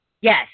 Yes